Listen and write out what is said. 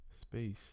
space